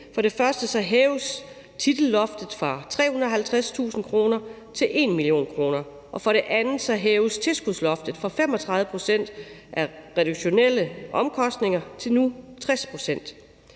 For det første hæves titelloftet fra 350.000 kr. til 1 mio. kr., og for det andet hæves tilskudsloftet fra 35 pct. af redaktionelle omkostninger til nu 60